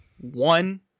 one